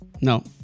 No